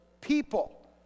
people